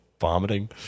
vomiting